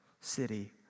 city